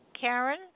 Karen